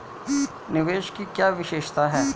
निवेश की क्या विशेषता है?